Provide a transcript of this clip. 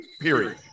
period